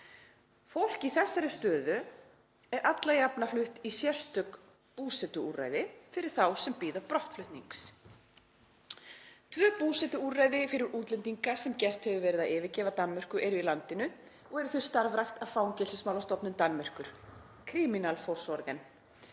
Fólk í þessari stöðu er alla jafna flutt í sérstök búsetuúrræði fyrir þá sem bíða brottflutnings. Tvö búsetuúrræði fyrir útlendinga, sem gert hefur verið að yfirgefa Danmörku, eru í landinu og eru þau starfrækt af fangelsismálastofnun Danmerkur, Kriminalforsorgen.